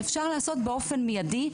ואפשר לעשות באופן מיידי,